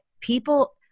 people